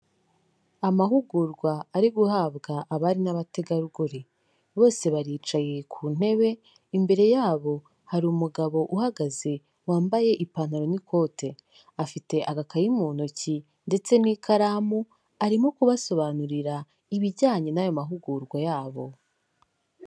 Amahugurwa ari guhabwa abari n'abategarugori. Bose baricaye ku ntebe imbere yabo hari umugabo uhagaze wambaye ipantaro n'ikote. Afite agakayi mu ntoki ndetse n'ikaramu arimo kubasobanurira ibijyanye n'aya mahugurwa yabo.